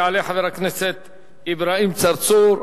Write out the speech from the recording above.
יעלה חבר הכנסת אברהים צרצור.